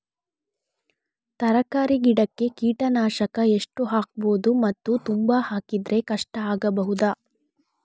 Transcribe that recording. ತರಕಾರಿ ಗಿಡಕ್ಕೆ ಕೀಟನಾಶಕ ಎಷ್ಟು ಹಾಕ್ಬೋದು ಮತ್ತು ತುಂಬಾ ಹಾಕಿದ್ರೆ ಕಷ್ಟ ಆಗಬಹುದ?